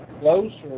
close